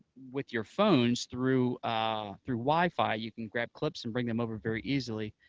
with your phones through ah through wifi, you can grab clips and bring them over very easily,